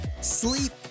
sleep